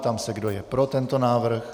Ptám se, kdo je pro tento návrh.